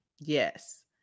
Yes